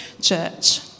church